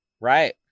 Right